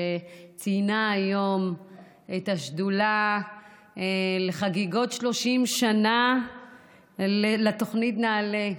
שציינה היום את השדולה לחגיגות 30 שנה לתוכנית נעל"ה,